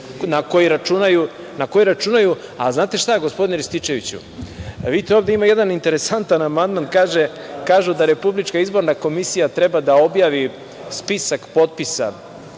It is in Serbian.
na koji računaju. A, znate šta, gospodine, Rističeviću, vidite ovde ima jedan interesantan amandman, kažu da RIK treba da objavi spisak potpisa